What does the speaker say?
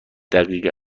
دقیقه